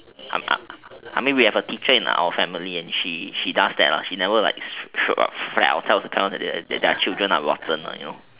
I I mean we have a teacher in our family and she she does that lah she never throw a flare or kind of that her children are rotten you know